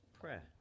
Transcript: prayer